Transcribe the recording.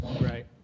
Right